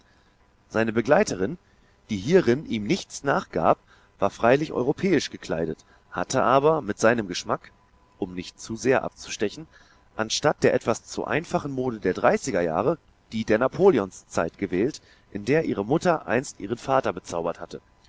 seine begleiterin die hierin ihm nichts nachgab war freilich europäisch gekleidet hatte aber mit seinem geschmack um nicht zu sehr abzustechen anstatt der etwas zu einfachen mode der dreißiger jahre die der napoleonszeit gewählt in der ihre mutter einst ihren vater bezaubert hatte